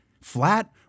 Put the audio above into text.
Flat